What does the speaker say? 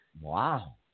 Wow